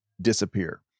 disappear